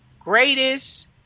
greatest